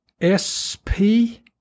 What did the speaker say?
S-P